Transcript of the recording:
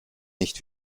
nicht